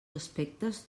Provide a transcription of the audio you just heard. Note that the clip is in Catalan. aspectes